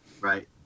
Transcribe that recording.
Right